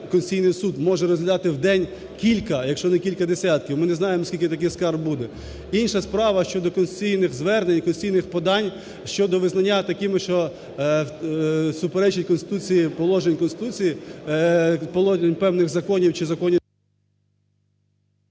Конституційний Суд може розглядати в день кілька, якщо не кілька десятків. Ми не знаємо, скільки таких скарг буде. Інша справа щодо конституційних звернень і конституційних подань щодо визнання такими, що суперечать положенням Конституції, певних законів чи законів…